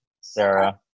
sarah